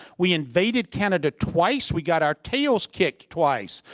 we invaded canda twice. we got our tails kicked twice.